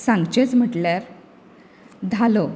सांगचेच म्हटल्यार धालो